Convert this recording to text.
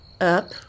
up